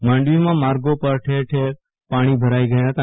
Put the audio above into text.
માંડવીમાં માર્ગો પર ઠેર ઠેર પાણી ભરાઈ ગયા હતા